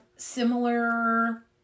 similar